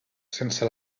sense